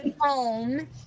home